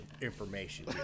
information